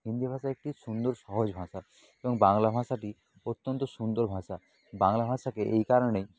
হিন্দি ভাষা একটি সুন্দর সহজ ভাষা এবং বাংলা ভাষাটি অত্যন্ত সুন্দর ভাষা বাংলা ভাষাকে এই কারণেই